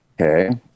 okay